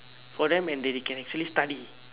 for them and they can actually study